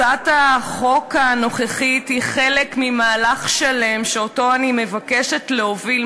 הצעת החוק הנוכחית היא חלק ממהלך שלם שאני מבקשת להוביל,